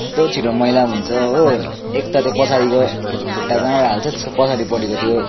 यस्तो छिटो मैला हुन्छ हो एक त त्यो पछाडिको खुट्टा जहाँबाट हाल्छ त्यसको पछाडिपट्टिको त्यो